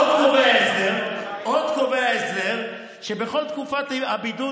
עוד קובע ההסדר שבכל תקופת הבידוד